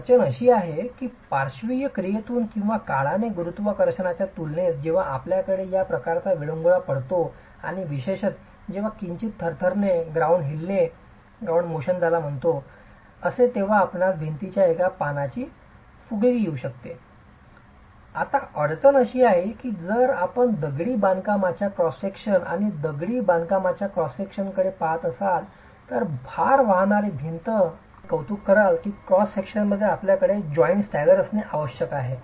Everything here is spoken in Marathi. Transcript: अडचण अशी आहे की पार्श्विक क्रियेतून किंवा काळाने गुरुत्वाकर्षणाच्या तुलनेत जेव्हा आपल्याकडे या प्रकारचा विरंगुळा पडतो आणि विशेषत जेव्हा किंचित थरथरणे ग्राउंड हिलणे असते तेव्हा आपणास भिंतीच्या एका पानाची फुगकी येऊ शकते आता अडचण अशी आहे की जर आपण दगडी बांधकामाच्या क्रॉस सेक्शन पाहत असाल तर भार वाहणारी भिंत आपण कौतुक कराल की क्रॉस सेक्शनमध्ये आपल्याकडे जॉइन्ट्स स्टॅगर असणे आवश्यक आहे